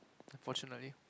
unfortunately